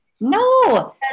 No